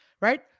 right